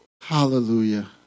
Hallelujah